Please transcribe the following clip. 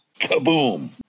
Kaboom